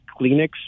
Kleenex